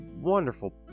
wonderful